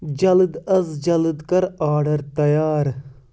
جلَد اَز جلَد کر آرڈر تیار